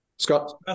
Scott